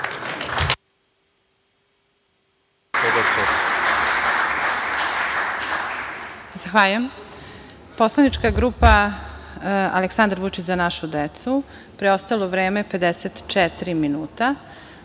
Zahvaljujem. Poslanička grupa "Aleksandar Vučić - za našu decu", preostalo vreme 54 minuta. Sledeći